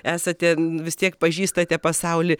esate vis tiek pažįstate pasaulį